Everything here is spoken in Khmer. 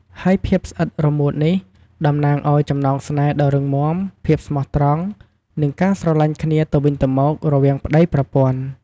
ហើយភាពស្អិតរមួតនេះ តំណាងឲ្យ ចំណងស្នេហ៍ដ៏រឹងមាំ ភាពស្មោះត្រង់ និងការស្រឡាញ់គ្នាទៅវិញទៅមក រវាងប្ដីប្រពន្ធ។